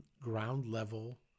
ground-level